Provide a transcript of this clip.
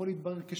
הכול התברר כשקר.